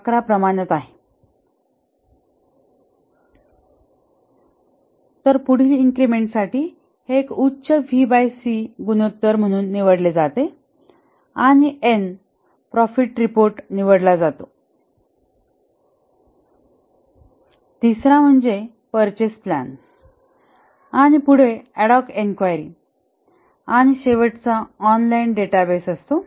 11 प्रमाणात आहे तर पुढील इन्क्रिमेंट साठी हे एक उच्च V by C v c गुणोत्तर म्हणून निवडले जाते आणि एन प्रॉफिट रिपोर्ट निवडला जातो तिसरा म्हणजे पर्चेस प्लॅन आणि पुढे अड हॉक एन्क्वायरी आणि शेवटचा ऑनलाईन डेटाबेस असतो